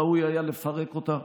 ראוי היה לפרק אותה.